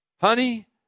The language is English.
Honey